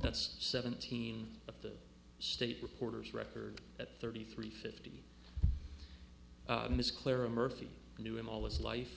that's seventeen of the state reporters record at thirty three fifty miss clara murphy knew him all his life